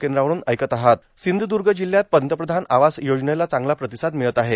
इंद्रो सिंधुदुर्ग जिल्हयात पंतप्रधान आवास योजना ला चांगला प्रतिसाद मिळत आहे